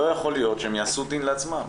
לא יכול להיות שהם יעשו דין לעצמם.